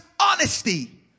honesty